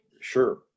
sure